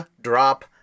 Drop